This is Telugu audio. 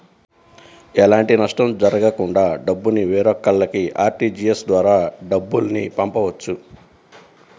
ఎలాంటి నష్టం జరగకుండా డబ్బుని వేరొకల్లకి ఆర్టీజీయస్ ద్వారా డబ్బుల్ని పంపొచ్చు